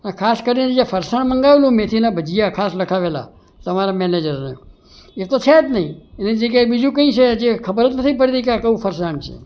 આ ખાસ કરીને જે ફરસાણ મંગાવેલું મેથીના ભજીયા ખાસ લખાવેલાં તમારા મેનેજરને એ તો છે જ નહીં એની જગ્યાએ બીજુ કંઈ છે જે ખબર જ નથી પડતી કે આ કયું ફરસાણ છે